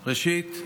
ראשית,